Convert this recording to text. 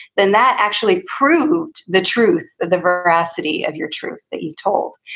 then that actually proved the truth of the veracity of your truth that you told.